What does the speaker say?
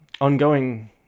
ongoing